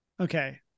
Okay